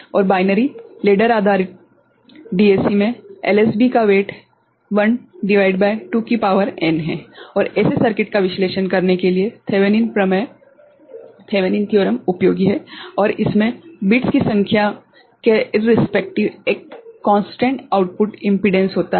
और binary ladder आधारित DAC में एलएसबी का वेट 1 भागित 2 की शक्ति n है और ऐसे सर्किट का विश्लेषण करने के लिए थेवेनिन प्रमेय उपयोगी है और इसमें बिट्स की संख्या के निरपेक्ष एक कोंस्टेंट आउटपुट इम्पीडेंस होता है